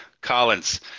Collins